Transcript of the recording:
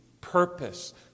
purpose